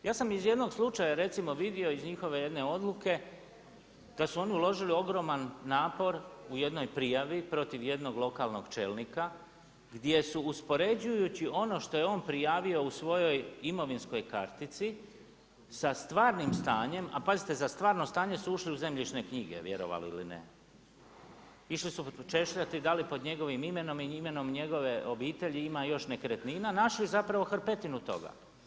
Ja sam iz jednog slučaja recimo vidio iz njihove jedne odluke da su uložili ogroman napor u jednoj prijavi protiv jednog lokalnog čelnika gdje su uspoređujući ono što je ono prijavio u svojoj imovinskoj kartici sa stvarnim stanjem, a pazite, za stvarno stane su ušli u zemljišne knjige vjerovali ili ne, išli su češljati da li pod njegovim imenom i imenom njegove obitelji ima još nekretnina, našli zapravo hrpetinu toga.